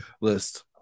list